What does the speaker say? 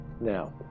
now